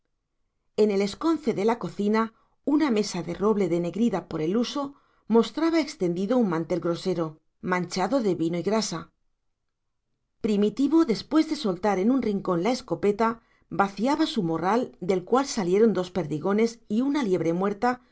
en el esconce de la cocina una mesa de roble denegrida por el uso mostraba extendido un mantel grosero manchado de vino y grasa primitivo después de soltar en un rincón la escopeta vaciaba su morral del cual salieron dos perdigones y una liebre muerta